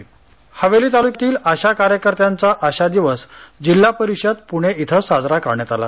आशा हवेली तालुक्यातील आशा कार्यकर्त्यांचा आशा दिवस जिल्हा परिषद पूणे येथे साजरा करण्यात आला